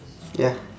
ya